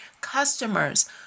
customers